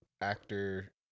actor